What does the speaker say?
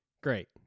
Great